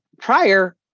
prior